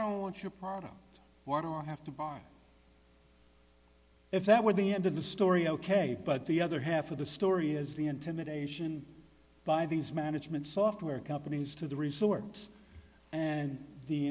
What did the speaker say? don't want your product or i don't have to if that were the end of the story ok but the other half of the story is the intimidation by these management software companies to the resort and the